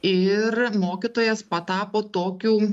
ir mokytojas patapo tokiu